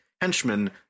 henchmen